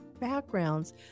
backgrounds